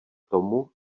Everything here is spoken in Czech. tomu